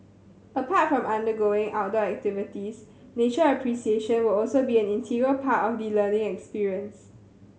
apart from undergoing outdoor activities nature appreciation will also be an integral part of the learning experience